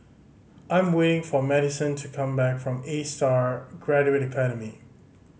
I'm waiting for Madyson to come back from Astar Graduate Academy